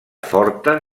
forta